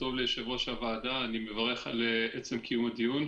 ליושב-ראש הוועדה, אני מברך על עצם קיום הדיון.